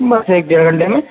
بس ایک ڈیڑھ گھٹے میں